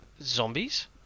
zombies